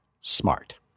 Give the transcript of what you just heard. smart